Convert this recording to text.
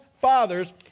fathers